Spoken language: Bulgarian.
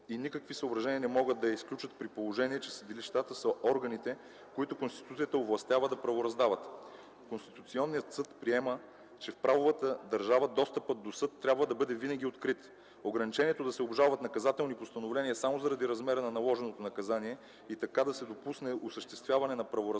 и никакви съображения не могат да я изключат при положение, че съдилищата са органите, които Конституцията овластява да правораздават. Конституционният съд приема, че в правовата държава достъпът до съд трябва да бъде винаги открит. Ограничението да се обжалват наказателни постановления само заради размера на наложеното наказание и така да се допусне осъществяване на правораздаване